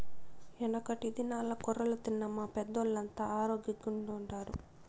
యెనకటి దినాల్ల కొర్రలు తిన్న మా పెద్దోల్లంతా ఆరోగ్గెంగుండారు